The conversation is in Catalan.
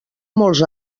molts